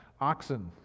oxen